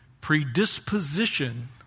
predisposition